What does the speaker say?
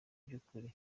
by’ukuri